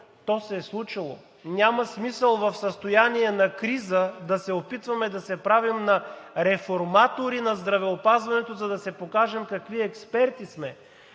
То се е случило. Няма смисъл в състояние на криза да се опитваме да се правим на реформатори на здравеопазването, за да се покажем какви експерти сме.